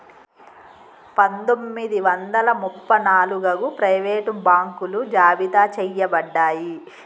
పందొమ్మిది వందల ముప్ప నాలుగగు ప్రైవేట్ బాంకులు జాబితా చెయ్యబడ్డాయి